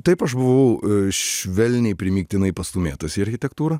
taip aš buvau švelniai primygtinai pastūmėtas į architektūrą